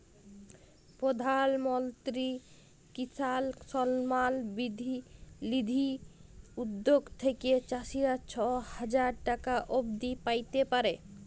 পরধাল মলত্রি কিসাল সম্মাল লিধি উদ্যগ থ্যাইকে চাষীরা ছ হাজার টাকা অব্দি প্যাইতে পারে